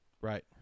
Right